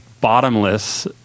bottomless